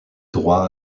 droit